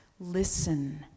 Listen